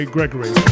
Gregory